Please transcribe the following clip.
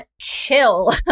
chill